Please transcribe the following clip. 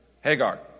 Hagar